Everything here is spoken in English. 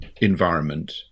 environment